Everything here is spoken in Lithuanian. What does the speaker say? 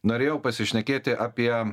norėjau pasišnekėti apie